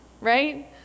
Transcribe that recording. right